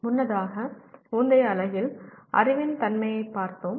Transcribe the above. முன்னதாக முந்தைய அலகில் அறிவின் தன்மையைப் பார்த்தோம்